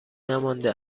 نمانده